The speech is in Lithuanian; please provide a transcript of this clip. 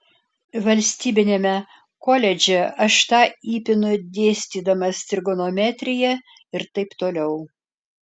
valstybiniame koledže aš tą įpinu dėstydamas trigonometriją ir taip toliau